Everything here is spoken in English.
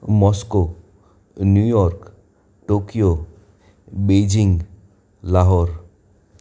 Moscow New York Tokyo Beijing Lahore